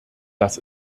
das